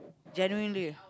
genuinely